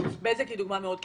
בזק היא דוגמה מאוד קיצונית.